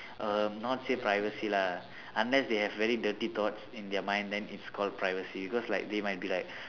um not say privacy lah unless they have very dirty thoughts in their mind then it's called privacy because like they might be like